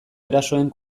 erasoen